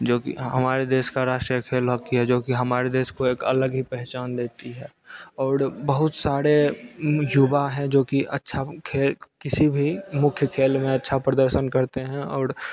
जो कि हमारे देश का राष्ट्रीय खेल हॉकी है जो कि हमारे देश को एक अलग ही पहचान देती है औड़ बहुत सारे युवा हैं जो कि अच्छा खेल किसी भी मुख्य खेल में अच्छा प्रदर्शन करते हैं और